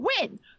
Win